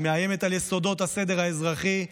היא מאיימת על יסודות הסדר האזרחי,